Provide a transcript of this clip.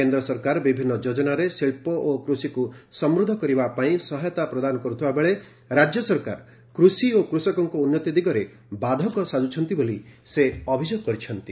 କେନ୍ଦ ସରକାର ବିଭିନ୍ ଯୋକ୍କନାରେ ଶିଳ ଓ କୃଷିକୁ ସମୃଦ୍ଧ କରିବା ପାଇଁ ସହାୟତା ପ୍ରଦାନ କରୁଥିବାବେଳେ ରାକ୍ୟ ସରକାର କୁଷି ଓ କୁଷକଙ୍କ ଉନ୍ନତି ଦିଗରେ ବାଧକ ସାଜୁଛନ୍ତି ବୋଲି ସେ ଅଭିଯୋଗ କରିଛନ୍ତି